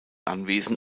anwesen